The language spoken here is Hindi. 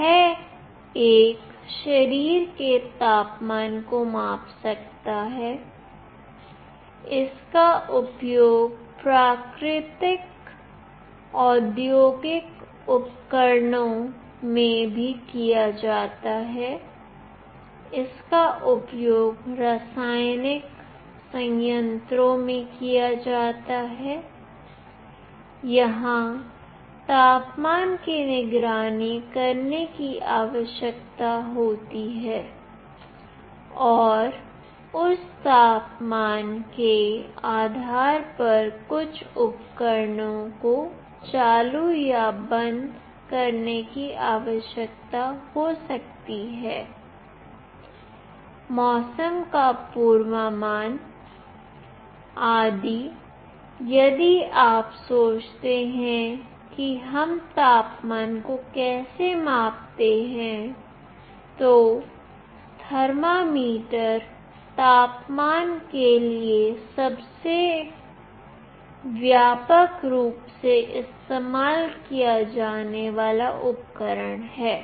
यह एक शरीर के तापमान को माप सकता है इसका उपयोग परिष्कृत औद्योगिक उपकरणों में भी किया जाता है इसका उपयोग रासायनिक संयंत्रों में किया जाता है जहां तापमान की निगरानी करने की आवश्यकता होती है और उस तापमान के आधार पर कुछ उपकरणों को चालू या बंद करने की आवश्यकता हो सकती है मौसम का पूर्वानुमान आदि यदि आप सोचते हैं कि हम तापमान को कैसे मापते हैं तो थर्मामीटर तापमान के लिए सबसे व्यापक रूप से इस्तेमाल किया जाने वाला उपकरण है